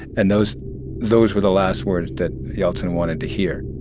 and those those were the last words that yeltsin wanted to hear